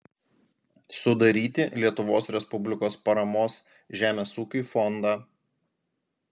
sudaryti lietuvos respublikos paramos žemės ūkiui fondą